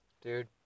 Dude